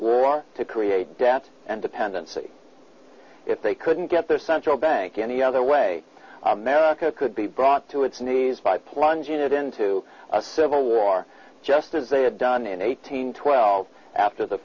war to create debt and dependency if they couldn't get the central bank any other way america could be brought to its knees by plunging it into a civil war just as they had done in eighteen twelve after the